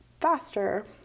faster